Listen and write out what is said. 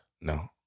No